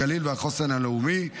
הגליל והחוסן הלאומי.